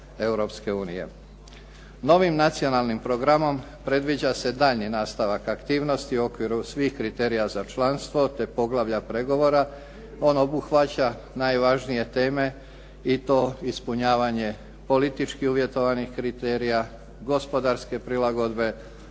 Novim nacionalnim programom predviđa se daljnji nastavak aktivnosti u okviru svih kriterija za članstvo te poglavlja pregovora. Ono obuhvaća najvažnije teme i to ispunjavanje politički uvjetovanih kriterija, gospodarske prilagodbe,